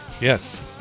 Yes